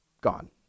Gone